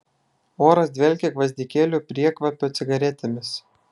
oras dvelkė gvazdikėlių priekvapio cigaretėmis